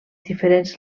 diferents